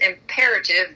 imperative